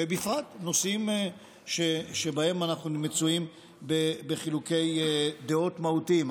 ובפרט נושאים שבהם אנחנו מצויים בחילוקי דעות מהותיים.